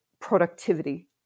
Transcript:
productivity